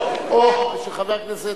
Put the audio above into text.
מתואמת עם יושב-ראש הוועדה.